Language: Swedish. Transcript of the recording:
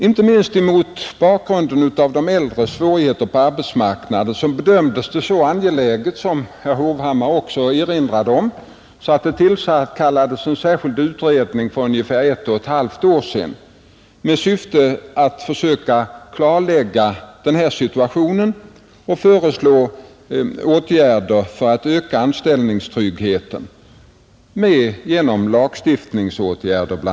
Inte minst mot bakgrunden av de äldres svårigheter på arbetsmarknaden bedömdes frågan som så angelägen — vilket herr Hovhammar också erinrade om — att det tillkallades en särskild utredning för ungefär ett och ett halvt år sedan med syfte att försöka klarlägga den här situationen och föreslå åtgärder för att öka anställningstryggheten, bl.a. genom lagstiftning.